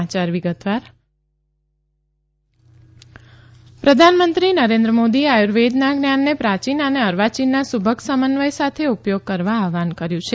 PM Ayurveda પ્રધાનમંત્રી નરેન્દ્ર મોદીએ આર્યુર્વેદના જ્ઞાનને પ્રાચીન અને અર્વાચીનના સુભગ સમન્વય સાથે ઉપયોગ કરવા આહ્વાન કર્યું છે